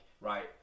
right